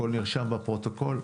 הכול נרשם בפרוטוקול,